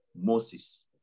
Moses